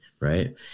right